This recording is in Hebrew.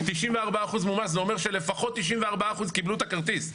94% מומש זה אומר שלפחות 94% קיבלו את הכרטיס.